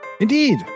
Indeed